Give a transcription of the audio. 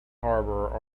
harbour